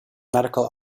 medical